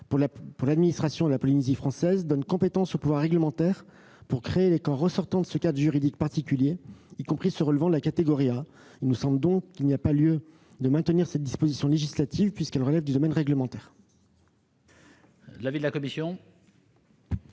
pour l'administration de la Polynésie française, les CEAPF, donne compétence au pouvoir réglementaire pour créer les corps ressortant de ce cadre juridique particulier, y compris ceux relevant de la catégorie A. Il nous semble donc qu'il n'y a pas lieu de maintenir cette disposition législative, puisqu'elle relève du domaine réglementaire. Quel est l'avis de la commission ?